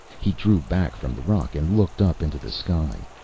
he drew back from the rock and looked up into the sky.